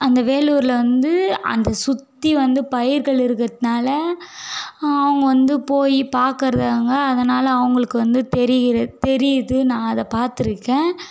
அந்த வேலூரில் வந்து அந்த சுற்றி வந்து பயிர்கள் இருக்கிறதுனால அவங்க வந்து போய் பார்க்குறாங்க அதனால அவங்களுக்கு வந்து தெரிகிற தெரியுது நான் அதை பார்த்துருக்கேன்